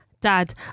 dad